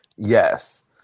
Yes